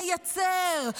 מייצר,